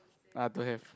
ah don't have